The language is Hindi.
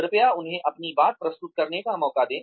कृपया उन्हें अपनी बात प्रस्तुत करने का मौका दें